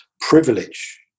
privilege